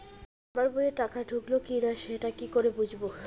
আমার বইয়ে টাকা ঢুকলো কি না সেটা কি করে বুঝবো?